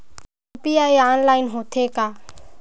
UPI online होथे का?